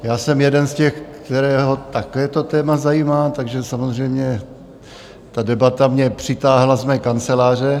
Já jsem jeden z těch, kterého také to téma zajímá, takže samozřejmě ta debata mě přitáhla z mé kanceláře.